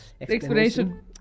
explanation